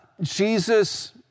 Jesus